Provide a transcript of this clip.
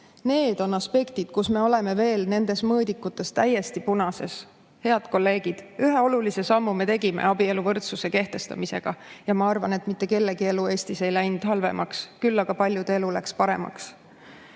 Need on aspektid, kus me oleme oma mõõdikutega alles täiesti punases. Aga, head kolleegid, ühe olulise sammu me tegime abieluvõrdsuse kehtestamisega ja ma arvan, et mitte kellelgi elu Eestis ei läinud halvemaks, küll aga paljude elu läks paremaks.